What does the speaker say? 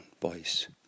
voice